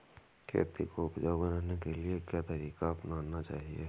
खेती को उपजाऊ बनाने के लिए क्या तरीका अपनाना चाहिए?